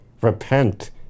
Repent